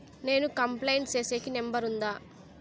నేను కంప్లైంట్ సేసేకి నెంబర్ ఉందా?